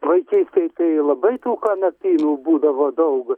vaikystėj tai labai tų kanapynų būdavo daug